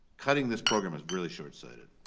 cutting this program is truly shortsighted.